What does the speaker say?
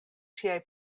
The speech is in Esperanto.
ŝiaj